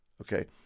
okay